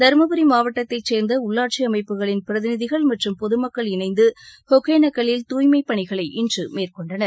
தருமபுரி மாவட்டத்தைச் சேர்ந்த உள்ளாட்சி அமைப்புகளின் பிரதிநிதிகள் மற்றும் பொது மக்கள் இணைந்து ஒகேளக்கல்லில் தூய்மைப் பணிகளை இன்று மேற்கொண்டனர்